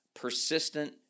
persistent